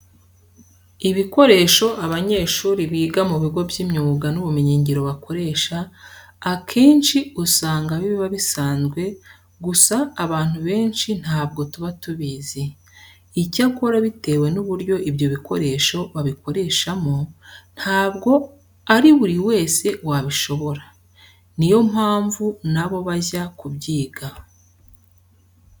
Ibikoresho abanyeshuri biga mu bigo by'imyuga n'ubumenyingiro bakoresha, akenshi usanga biba bisanzwe gusa abantu benshi ntabwo tuba tubizi. Icyakora bitewe n'uburyo ibyo bikoresho babikoreshamo ntabwo ari buri wese wabishobora. Ni yo mpamvu na bo bajya kubyiga.